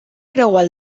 creuar